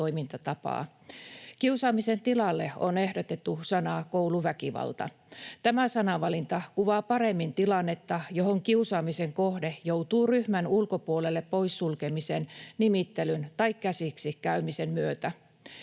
Kiusaamisen tilalle on ehdotettu sanaa ”kouluväkivalta”. Tämä sanavalinta kuvaa paremmin tilannetta, johon kiusaamisen kohde joutuu ryhmän ulkopuolelle pois sulkemisen, nimittelyn tai käsiksi käymisen myötä.